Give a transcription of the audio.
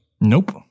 Nope